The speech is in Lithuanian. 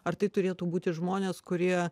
ar tai turėtų būti žmonės kurie